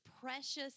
precious